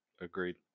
agreed